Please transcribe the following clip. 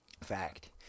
fact